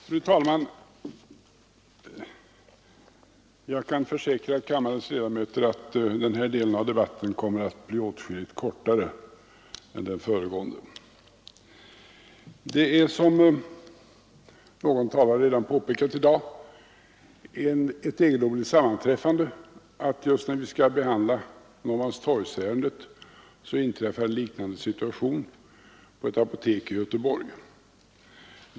Fru talman! Jag kan försäkra kammarens ledamöter att denna del av debatten kommer att bli åtskilligt kortare än den föregående. Det är, som någon talare redan påpekat i dag, ett egendomligt sammanträffande att just när vi skall behandla Norrmalmstorgsärendet så inträffar en liknande situation på ett apotek i Göteborg.